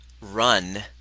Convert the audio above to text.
run